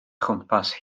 chwmpas